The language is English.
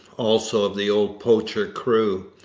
also of the old poacher crew.